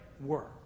work